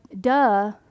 duh